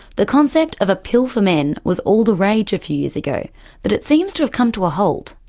the concept of a pill for men was all the rage a few years ago but it seems to have come to a halt.